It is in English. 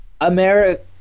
America